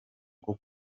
bwo